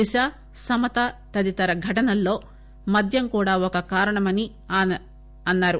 దిశ సమత తదితర ఘటనల్లో మద్యం కూడా ఒక కారణమని ఆమె అన్నారు